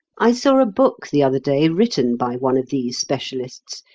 i saw a book the other day written by one of these specialists,